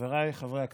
חבריי חברי הכנסת,